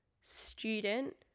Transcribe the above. student